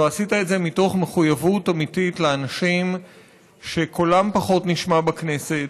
ועשית את זה מתוך מחויבות אמיתית לאנשים שקולם פחות נשמע בכנסת,